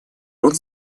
рот